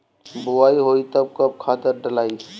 बोआई होई तब कब खादार डालाई?